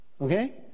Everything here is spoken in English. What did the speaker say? Okay